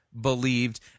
believed